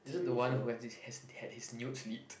is it the one who had his had his nudes leaked